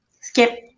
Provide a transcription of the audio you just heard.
Skip